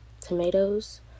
tomatoes